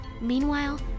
Meanwhile